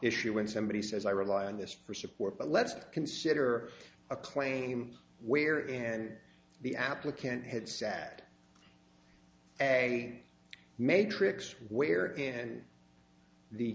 issue when somebody says i rely on this for support but let's consider a claim where in the applicant head sadly a matrix where and the